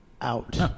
out